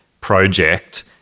project